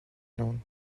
known